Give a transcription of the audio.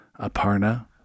Aparna